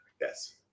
Yes